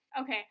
Okay